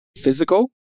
physical